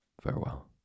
farewell